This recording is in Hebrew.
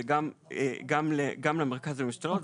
זה גם למרכז להשתלות.